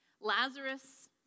Lazarus